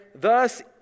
Thus